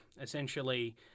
essentially